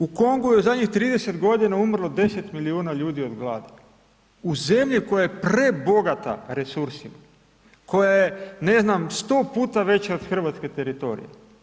U Kongu je u zadnjih 30 g. umrlo 10 milijuna ljudi od gladi, u zemlji koja je prebogata resursima, koja je ne znam, 100 puta veća od hrvatskog teritorija.